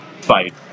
fight